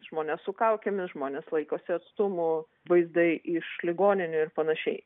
žmonės su kaukėmis žmonės laikosi atstumų vaizdai iš ligoninių ir panašiai